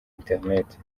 interineti